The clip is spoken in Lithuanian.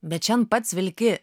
bet šiandien pats vilki